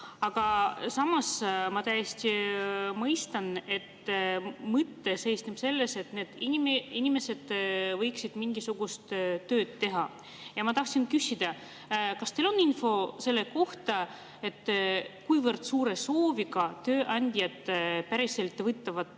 Aga samas ma täiesti mõistan, et mõte seisneb selles, et need inimesed võiksid mingisugust tööd teha. Ja ma tahtsin küsida, kas teil on info selle kohta, kui suur on tööandjate soov